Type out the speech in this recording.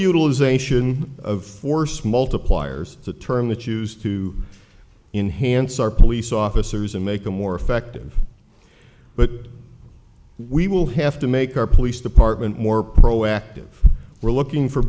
utilization of force multipliers to turn that used to enhanced our police officers and make them more effective but we will have to make our police department more proactive we're looking for